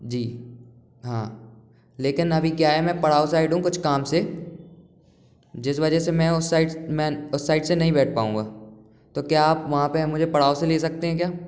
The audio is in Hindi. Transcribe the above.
जी हाँ लेकिन अभी क्या है मैं पड़ाव साइड हूँ कुछ काम से जिस वजह से मैं उस साइड मैं उस साइड से नहीं बैठ पाऊँगा तो क्या आप वहाँ पर मुझे पड़ाव से ले सकते हैं क्या